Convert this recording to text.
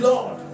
Lord